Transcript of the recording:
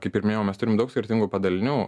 kaip ir minėjau mes turime daug skirtingų padalinių